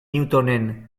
newtonen